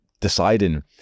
deciding